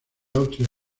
austria